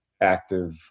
active